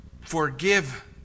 Forgive